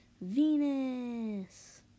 Venus